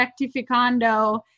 rectificando